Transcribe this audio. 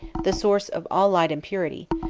the source of all light and purity,